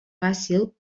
fàcil